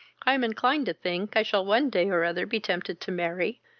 i am inclined to think i shall one day or other be tempted to marry,